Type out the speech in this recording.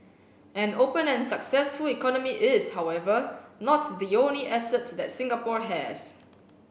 an open and successful economy is however not the only asset that Singapore has